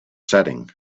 setting